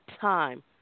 time